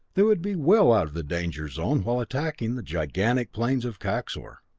they would be well out of the danger zone while attacking the gigantic planes of kaxor.